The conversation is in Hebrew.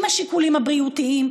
עם השיקולים הבריאותיים,